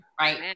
right